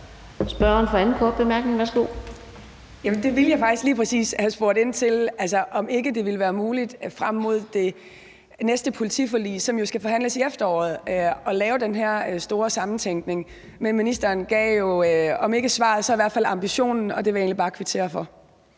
Det ville jeg faktisk lige præcis have spurgt ind til, altså om ikke det ville være muligt frem mod det næste politiforlig, som jo skal forhandles i efteråret, at lave den her store sammentænkning. Men ministeren gav jo om ikke et svar, så i hvert fald